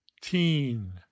teen